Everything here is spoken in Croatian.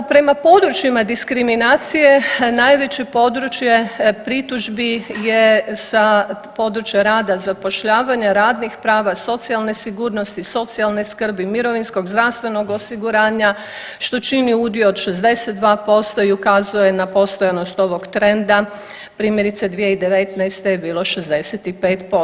Na, prema područjima diskriminacije najveće područje pritužbi je sa područja rada i zapošljavanja, radnih prava, socijalne sigurnosti, socijalne skrbi, mirovinskog i zdravstvenog osiguranja, što čini udio od 62% i ukazuje na postojanost ovog trenda, primjerice 2019. je bilo 65%